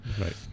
Right